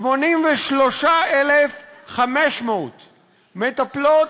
83,500 מטפלות,